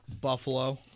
Buffalo